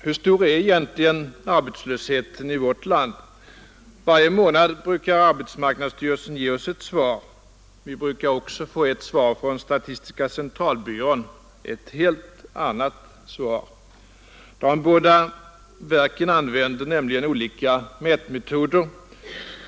Herr talman! Hur stor är egentligen arbetslösheten i vårt land? Varje månad brukar arbetsmarknadsstyrelsen ge oss ett svar. Vi brukar också få ett svar från statistiska centralbyrån — ett helt annat svar. De båda verken använder nämligen olika mätmetoder.